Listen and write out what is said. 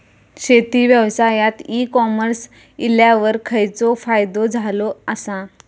शेती व्यवसायात e commerce इल्यावर खयचो फायदो झालो आसा?